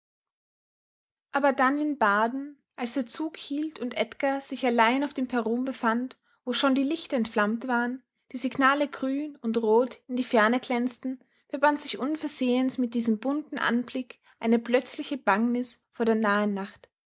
aber dann in baden als der zug hielt und edgar sich allein auf dem perron befand wo schon die lichter entflammt waren die signale grün und rot in die ferne glänzten verband sich unversehens mit diesem bunten anblick eine plötzliche bangnis vor der nahen nacht